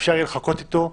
אפשר יהיה לחכות איתו.